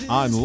on